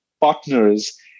partners